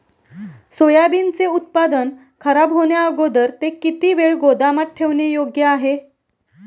सोयाबीनचे उत्पादन खराब होण्याअगोदर ते किती वेळ गोदामात ठेवणे योग्य आहे?